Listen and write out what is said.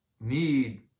need